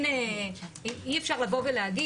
אי אפשר לבוא ולהגיד,